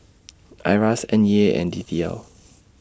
IRAS N E A and D T L